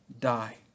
die